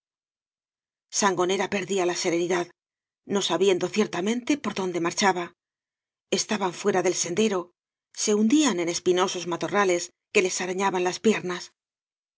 sangonera perdía la serenidad no sabiendo ciertamente por dónde marchaba estaban fuera del sendero se hundian en espinosos matorrales que les arañaban las piernas